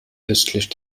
östlich